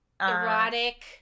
erotic